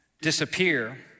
disappear